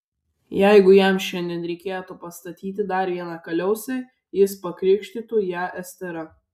jeigu jam šiandien reikėtų pastatyti dar vieną kaliausę jis pakrikštytų ją estera